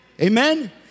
Amen